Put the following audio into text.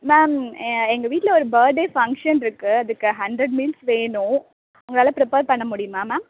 ma'am எங்கள் வீட்டில் ஒரு பர்த்டே ஃபங்க்ஷன் இருக்குது அதுக்கு ஹண்ட்ரட் மீல்ஸ் வேணும் உங்களால் ப்ரிப்பேர் பண்ணமுடியுமா மேம்